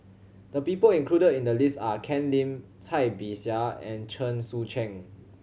the people included in the list are Ken Lim Cai Bixia and Chen Sucheng